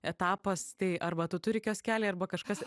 etapas tai arba tu turi kioskelį arba kažkas